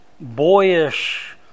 boyish